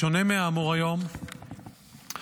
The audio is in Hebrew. בשונה מהאמור היום בחוק,